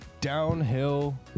Downhill